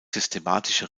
systematische